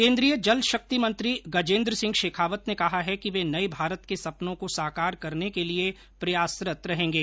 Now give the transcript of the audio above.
केंद्रीय जल शक्ति मंत्री गजेन्द्र सिंह शेखावत ने कहा है कि वे नये भारत के सपनों को साकार करने के लिये प्रयासरत रहेंगे